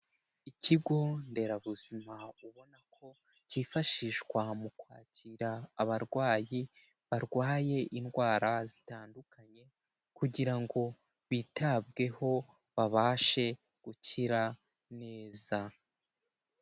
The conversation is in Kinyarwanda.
Ikigo nderabuzima ubona ko cyifashishwa mu kwakira abarwayi barwaye indwara zitandukanye, kugira ngo bitabweho babashe gukira neza.